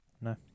No